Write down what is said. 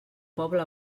poble